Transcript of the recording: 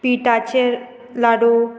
पिटाचे लाडू